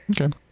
Okay